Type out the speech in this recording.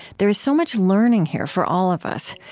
there is so much learning here for all of us,